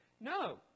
No